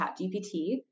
ChatGPT